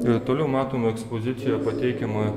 ir toliau matom ekspozicijoje pateikiama